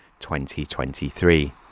2023